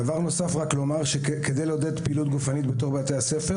דבר נוסף כדי לעודד פעילות גופנית בבתי הספר